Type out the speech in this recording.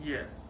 Yes